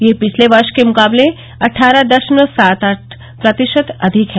यह पिछले वर्ष के मुकाबले अट्ठारह दशमलव सात आठ प्रतिशत अधिक है